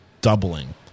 doubling